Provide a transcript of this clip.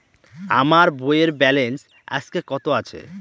আমার বইয়ের ব্যালেন্স আজকে কত আছে?